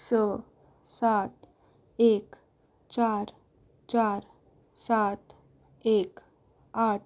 स सात एक चार चार सात एक आठ